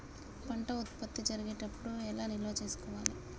పంట ఉత్పత్తి జరిగేటప్పుడు ఎలా నిల్వ చేసుకోవాలి?